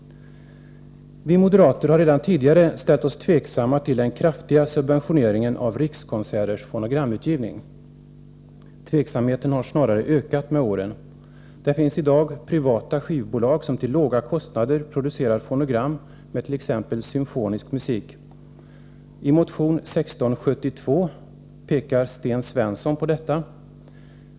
Vi moderater har redan tidigare ställt oss tveksamma till den kraftiga subventioneringen av Rikskonserters fonogramutgivning. Tveksamheten har snarare ökat med åren. Det finns i dag privata skivbolag som till låga kostnader producerar fonogram med t.ex. symfonisk musik. I motion 1672 pekar Sten Svensson på detta.